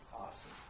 Awesome